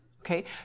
Okay